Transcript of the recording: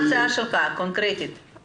מה ההצעה הקונקרטית שלך?